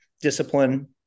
discipline